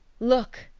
look!